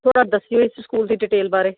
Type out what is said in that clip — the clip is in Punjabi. ਥੋੜ੍ਹਾ ਦੱਸਿਓ ਇਸ ਸਕੂਲ ਦੀ ਡਿਟੇਲ ਬਾਰੇ